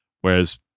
Whereas